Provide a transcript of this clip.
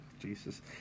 Jesus